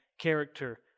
character